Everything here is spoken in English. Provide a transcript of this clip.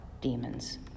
demons